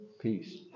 peace